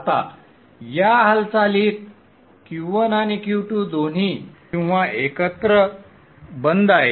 आता या हालचालीत Q1 आणि Q2 दोन्ही किंवा एकत्र बंद आहे